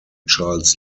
charles